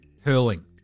hurling